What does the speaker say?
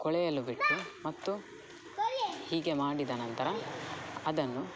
ಕೊಳೆಯಲು ಬಿಟ್ಟು ಮತ್ತು ಹೀಗೆ ಮಾಡಿದ ನಂತರ ಅದನ್ನು